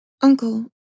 Uncle